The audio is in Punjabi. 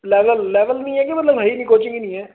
ਲੈਵਲ ਲੈਵਲ ਨਹੀਂ ਹੈ ਕਿ ਮਤਲਬ ਹੈ ਹੀ ਨਹੀਂ ਕੋਚਿੰਗ ਹੀ ਨਹੀਂ ਹੈ